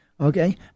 Okay